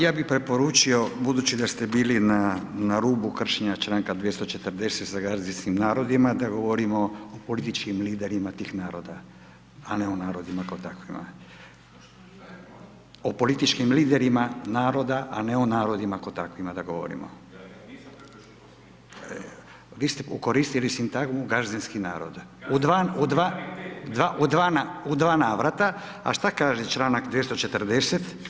Ja bi preporučio budući da ste bili na rubu kršenja članka 240. ... narodima, da govorimo o političkim liderima tih naroda a ne o narodima kao takvima. … [[Upadica sa strane, ne razumije se.]] O političkim liderima naroda a ne o narodima kao takvima da govorimo. … [[Upadica sa strane, ne razumije se.]] Vo ste koristili sintagmu „gazdinski narod“ … [[Upadica sa strane, ne razumije se.]] u dva navrata a šta kaže članak 240.